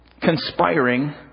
conspiring